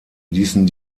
ließen